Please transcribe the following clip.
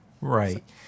Right